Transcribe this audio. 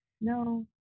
No